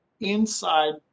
inside